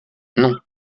non